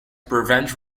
prevent